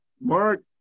Mark